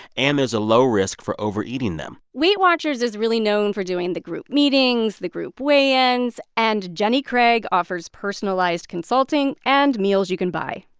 and there's a low risk for overeating them weight watchers is really known for doing the group meetings, the group weigh-ins. and jenny craig offers personalized consulting and meals you can buy.